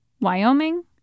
Wyoming